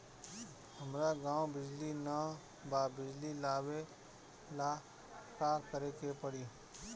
हमरा गॉव बिजली न बा बिजली लाबे ला का करे के पड़ी?